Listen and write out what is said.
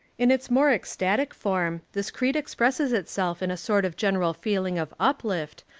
in its more ecstatic form, this creed expresses itself in a sort of general feeling of uplift,